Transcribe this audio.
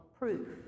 proof